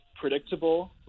predictable